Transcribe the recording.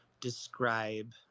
describe